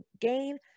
gain